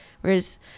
whereas